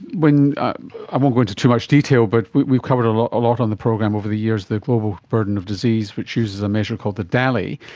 i won't go into too much detail, but we've covered a lot a lot on the program over the years, the global burden of disease which uses a measure called the daly,